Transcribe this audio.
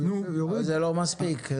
זה לא מספיק.